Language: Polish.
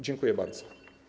Dziękuję bardzo.